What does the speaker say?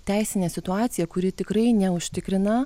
teisinę situaciją kuri tikrai neužtikrina